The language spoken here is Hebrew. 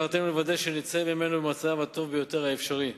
מטרתנו היא לוודא שנצא ממנו במצב הטוב ביותר האפשרי.